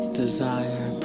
desire